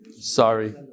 sorry